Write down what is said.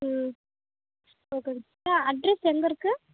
ம் okay address எங்கே இருக்குது